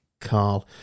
Carl